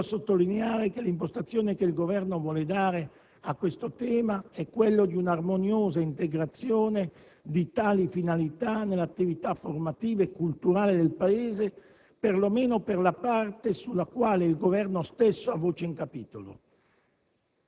tengo a sottolineare che l'impostazione che il Governo vuole dare a questo tema è quello di un'armoniosa integrazione di tali finalità nell'attività formativa e culturale del Paese, perlomeno per la parte sulla quale il Governo stesso ha voce in capitolo.